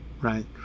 right